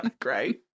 Great